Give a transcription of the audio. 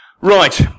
Right